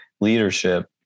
leadership